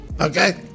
Okay